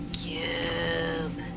cube